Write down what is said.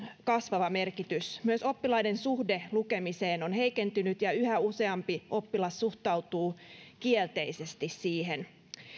kasvava merkitys myös oppilaiden suhde lukemiseen on heikentynyt ja yhä useampi oppilas suhtautuu kielteisesti siihen